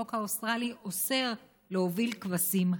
החוק האוסטרלי אוסר, להוביל כבשים הרות.